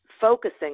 focusing